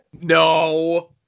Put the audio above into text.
No